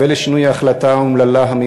הבא לשינוי ההחלטה האומללה,